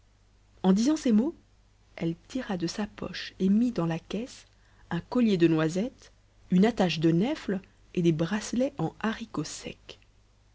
en disant ces mots elle tira de sa poche et mit dans la caisse un collier de noisettes une attache de nèfles et des bracelets en haricots secs